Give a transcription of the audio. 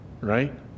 Right